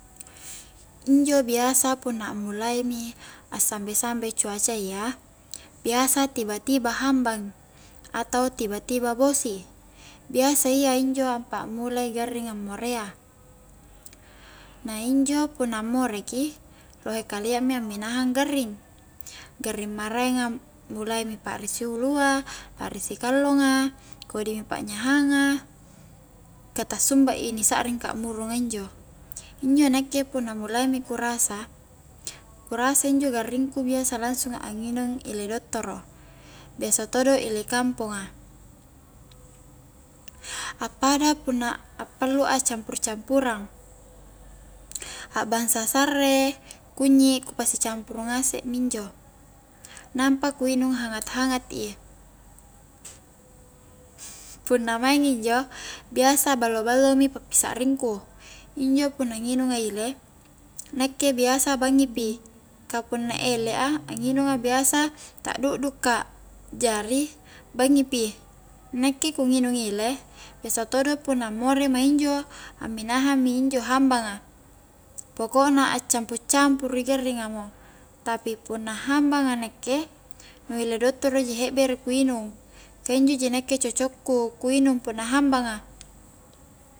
Injo biasa punna ammulai mi a sambe-sambe cuaca iya biasa tiba-tiba hambang atau tiba-tiba bosi, biasa iya injo a'pakmula garring ammorea na injo punna ammore ki lohe kalia mi amminahang garring garring maraenga mulai mi pakrisi ulua, pakrisi kallonga, kodi mi pa nyahang a ka ta sumba i ni sakring ka'murunga injo injo nakke punna mulai mi kurasa-kurasa injo garring ku biasa langsunga a'nginung ile dottoro biasa todo' ile kamponga appada punna appalu a campur-campurang akbangsa serre, kunyi ku pasi campuru ngase minjo nampa ku inung hangat-hangat i punna maing injo biasa ballo-ballo mi pa pisakringku, injo punna nginunga ile nakke biasa bangngipi ka punna elek a anginung a biasa biasa ta' dudu ka jari bangngipi nakke ku nginung ile biasa todo punna ammore ma injo, amminahang mi injo hambanga, pokok na a campu-campurui garringa mo tapi punna hambanga nakke nu ile dottoro ji hekbere ku inung ka injo ji nakke cocokku ku inung punna hambanga